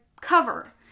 cover